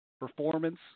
performance